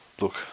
Look